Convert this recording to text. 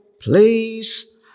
please